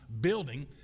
building